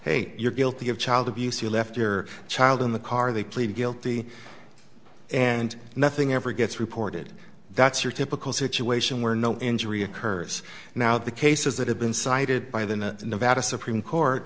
hey you're guilty of child abuse you left your child in the car they plead guilty and nothing ever gets reported that's your typical situation where no injury occurs now the cases that have been cited by the nevada supreme court